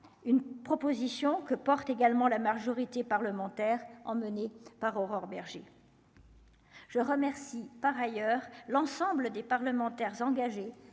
une proposition que porte également la majorité parlementaire, emmenée par Aurore Bergé. Je remercie par ailleurs, l'ensemble des parlementaires engagés